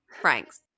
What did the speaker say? Frank's